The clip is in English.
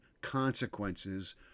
consequences